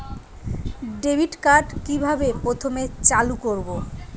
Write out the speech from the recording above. Debit card কিভাবে প্রথমে চালু করব?